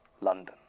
London